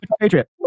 Patriot